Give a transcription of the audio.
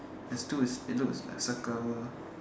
there's two it's it looks like circle